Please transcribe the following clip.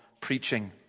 preaching